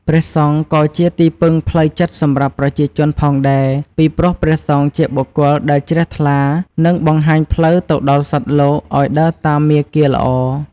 ព្រះសង្ឃក៏ជា ទីពឹងផ្លូវចិត្តសម្រាប់ប្រជាជនផងដែរ ពីព្រោះព្រះសង្ឃជាបុគ្គលដែលជ្រះថ្លានិងបង្ហាញផ្លូវទៅដល់សត្វលោកអោយដើរតាមមាគាល្អ។